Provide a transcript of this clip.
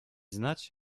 znać